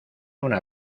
una